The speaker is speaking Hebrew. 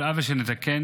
כל עוול שנתקן,